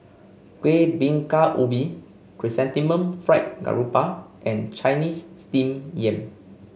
Kuih Bingka Ubi Chrysanthemum Fried Garoupa and Chinese Steamed Yam